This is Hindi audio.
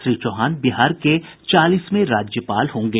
श्री चौहान बिहार के चालीसवें राज्यपाल होंगे